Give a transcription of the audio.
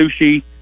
Sushi